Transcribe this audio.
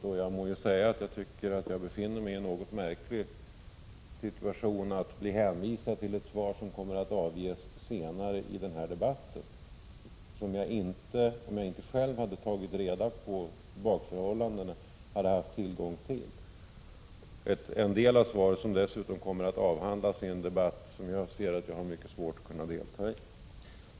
Och jag må säga att jag tycker att jag befinner mig i en något egendomlig situation — att bli hänvisad till ett svar som kommer att avges senare i dag och som jag inte, om jag inte själv hade tagit reda på de bakomliggande förhållandena, hade haft tillgång till. Den del av svaret som det gäller kommer dessutom att avhandlas i en debatt som jag ser att jag har mycket svårt att kunna delta i.